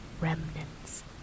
remnants